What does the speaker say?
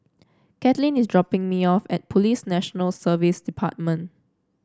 Kathlene is dropping me off at Police National Service Department